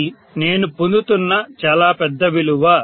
ఇది నేను పొందుతున్న చాలా పెద్ద విలువ